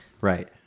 Right